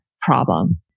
problem